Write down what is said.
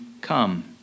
come